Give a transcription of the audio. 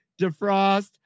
Defrost